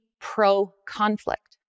pro-conflict